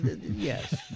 yes